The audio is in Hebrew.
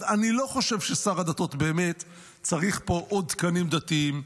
אז אני לא חושב ששר הדתות באמת צריך פה עוד תקנים דתיים,